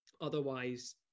otherwise